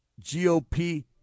GOP